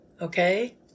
okay